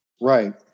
Right